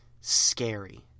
scary